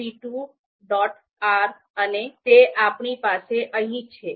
R અને તે આપણી પાસે અહીં છે